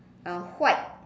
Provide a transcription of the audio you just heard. uh white